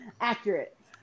accurate